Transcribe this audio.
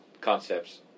concepts